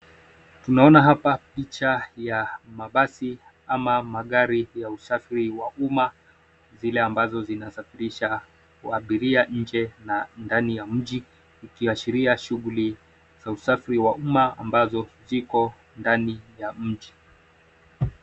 mabasi ya usafiri wa umma. zinasafirisha abiria nje na ndani ya mji zikiashiria shughuli za usafiri wa umma ambazo ziko ndani ya mji